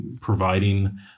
providing